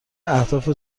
اهداف